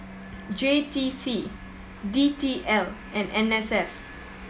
J T C D T L and N S F